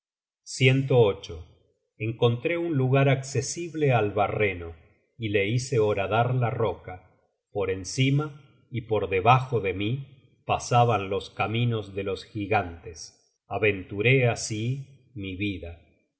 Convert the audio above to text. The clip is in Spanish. doloroso amor encontré un lugar accesible al barreno y le hice horadar la roca por encima y por t véase la pág y siguientes content from google book search generated at debajo de mí pasaban los caminos de los gigantes aventuré así mi vida